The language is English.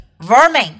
vermin